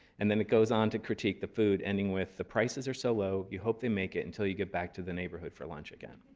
and then it goes on to critique the food, ending with the prices are so low, you hope they make it until you get back to the neighborhood for lunch again.